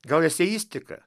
gal eseistika